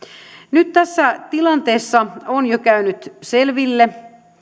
nyt tässä tilanteessa on jo käynyt selville